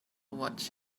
watch